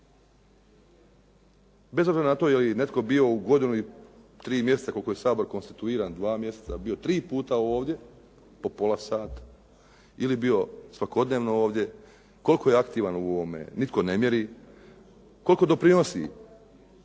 Bez obzira na to je li netko bio u godinu i tri mjeseca koliko je Sabor konstituiran dva mjeseca tri puta ovdje, po pola sata ili bio svakodnevno ovdje, koliko je aktivan u ovome nitko ne mjeri. Koliko doprinosi